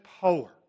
power